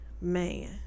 man